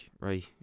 right